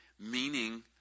meaning